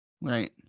Right